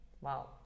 Wow